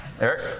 Eric